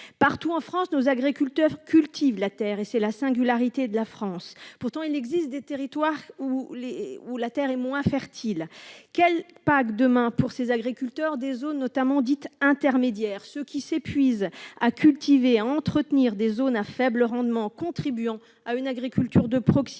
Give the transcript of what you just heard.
Partout en France, nos agriculteurs cultivent la terre. C'est la singularité de notre pays. Pourtant, il existe des territoires où la terre est moins fertile. Quelle PAC demain pour ces agriculteurs des zones dites intermédiaires, ceux qui s'épuisent à cultiver et à entretenir des zones à faible rendement, contribuant ainsi à une agriculture de proximité